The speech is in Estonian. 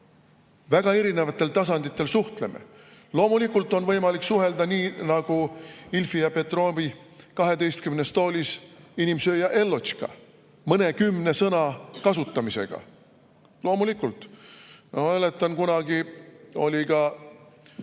väga erinevatel tasanditel suhtleme. Loomulikult on võimalik suhelda nii nagu Ilfi ja Petrovi "12 toolis" inimsööja Ellotška, mõnekümne sõna kasutamisega. Loomulikult! Ma mäletan, et kunagi oli ka